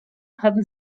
hatten